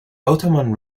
ottoman